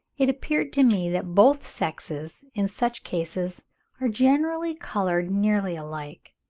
it appeared to me that both sexes in such cases are generally coloured nearly alike.